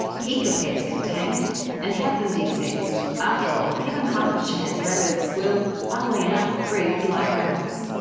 keep your pets contained and have them de-sexed. after all, given half a chance rabbits will, funnily enough, breed like rabbits.